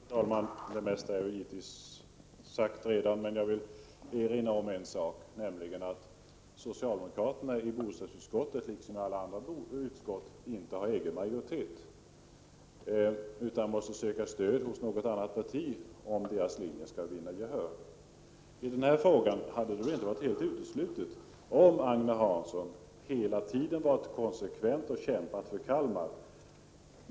Fru talman! Det mesta i denna debatt är givetvis redan sagt, men jag vill erinra om en sak, nämligen att socialdemokraterna i bostadsutskottet, liksom i alla andra utskott, inte har någon egen majoritet utan måste söka stöd hos något annat parti för att deras linje skall vinna gehör. I denna fråga hade det inte varit helt uteslutet med ett annat ställningstagande i utskottet, om Agne Hansson hela tiden varit konsekvent och kämpat för Kalmar.